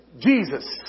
Jesus